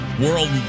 World